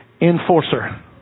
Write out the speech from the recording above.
enforcer